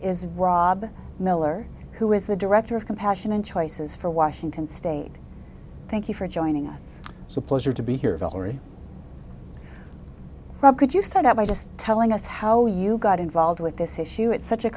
is rob miller who is the director of compassion and choices for washington state thank you for joining us it's a pleasure to be here valerie could you start out by just telling us how you got involved with this issue it's such a